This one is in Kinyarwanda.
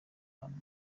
abantu